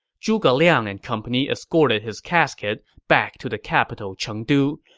zhuge liang and company escorted his casket back to the capital chengdu,